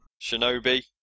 Shinobi